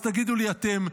אז תגידו לי אתם,